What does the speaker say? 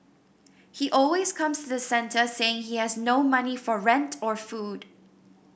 he always comes to the centre saying he has no money for rent or food